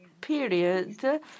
period